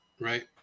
right